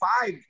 five